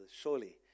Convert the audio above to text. Surely